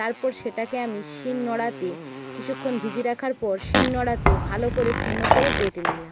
তারপর সেটাকে আমি শিলনোড়াতে কিছুক্ষণ ভিজিয়ে রাখার পর শিলনোড়াতে ভালো করে পিন্ড করে বেটে নিলাম